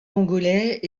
congolais